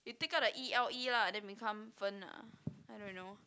you take out the E L E lah then become fern ah i dont know